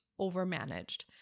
overmanaged